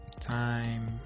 time